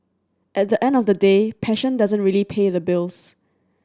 at the end of the day passion doesn't really pay the bills